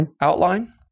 Outline